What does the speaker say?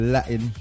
Latin